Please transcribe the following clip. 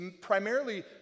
primarily